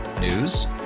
News